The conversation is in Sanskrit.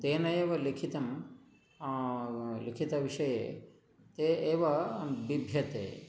तेनैव लिखितं लिखितविषये ते एव भिद्यते